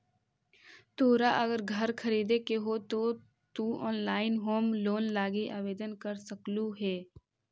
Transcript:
तोरा अगर घर खरीदे के हो त तु ऑनलाइन होम लोन लागी आवेदन कर सकलहुं हे